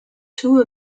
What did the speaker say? two